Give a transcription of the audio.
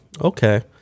Okay